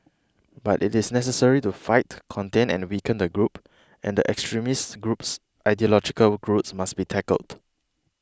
but it is necessary to fight contain and weaken the group and the extremist group's ideological roots must be tackled